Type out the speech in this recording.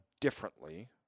differently